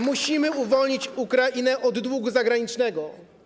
Musimy uwolnić Ukrainę od długu zagranicznego.